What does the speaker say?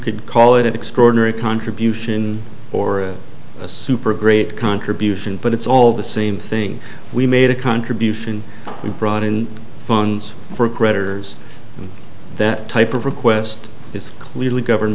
could call it an extraordinary contribution or a super great contribution but it's all the same thing we made a contribution we brought in funds for creditors and that type of request is clearly governed